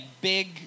big